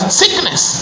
sickness